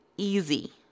easy